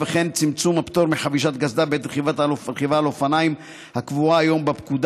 צמצום הפטור מחבישת קסדה בעת רכיבה על אופניים הקבועה היום בפקודה